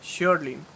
Surely